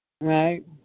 Right